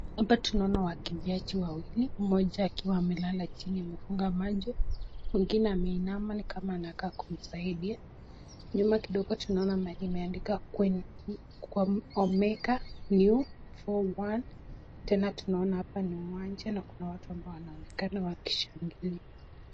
Hapa tunaona wakimbiaji wawili, mmoja akiwa amelala chini amefunga macho, mwingine ameinama ni kama anakaa kumsaidia, nyuma kidogo tunaona mahali imeandikwa omega, new 4:1 ,tena tunaona hapa ni uwanja na kuna watu ambao wanaonekana wakishangilia.